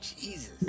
Jesus